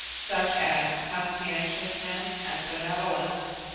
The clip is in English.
such as conscientiousness and benevolence,